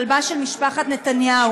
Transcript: הכלבה של משפחת נתניהו.